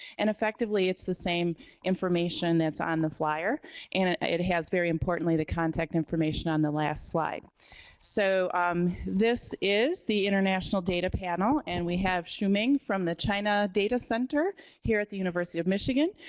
and effectively it's the same information that's on the flyer and it has very importantly the contact information on the last slide so um this is the international data panel. and we have shuming from the china data center here at the university of michigan.